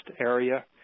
area